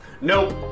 nope